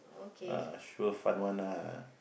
uh sure fun one ah